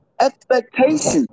expectations